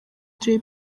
jay